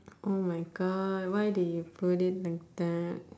oh my god why did you put it like that